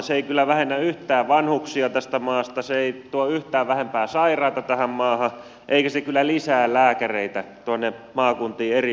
se ei kyllä vähennä yhtään vanhuksia tästä maasta se ei tuo yhtään vähempää sairaita tähän maahan eikä se kyllä lisää lääkäreitä tuonne maakuntiin eri puolille